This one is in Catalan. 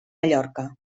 mallorca